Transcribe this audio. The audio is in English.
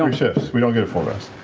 um shifts. we don't get a full rest.